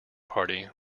party